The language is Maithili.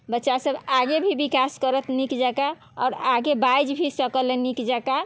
बच्चा सब आगे भी विकास करत नीक जकाँ आओर आगे बाजि भी सकल हँ नीक जकाँ